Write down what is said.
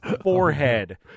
forehead